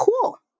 cool